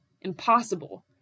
Impossible